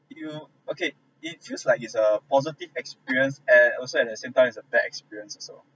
if you okay it feels like it's a positive experience and also at the same time it's a bad experience as well